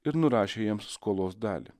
ir nurašė jiems skolos dalį